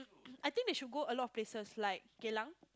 I think they should go a lot of places like Geylang